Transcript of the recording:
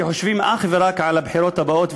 שחושבים אך ורק על הבחירות הבאות,